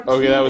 Okay